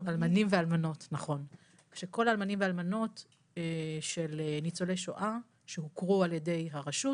האלמנים ואלמנות של ניצולי שואה שהוכרו על ידי הרשות